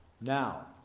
Now